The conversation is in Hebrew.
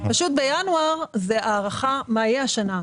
בינואר זו הערכה מה יהיה השנה.